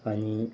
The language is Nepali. अनि